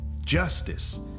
justice